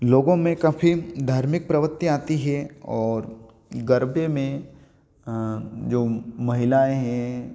लोगों में काफ़ी धार्मिक प्रवृत्ति आती हैं और गरबे में जो महिलाएँ हैं